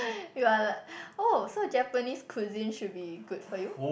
you are like oh so Japanese cuisine should be good for you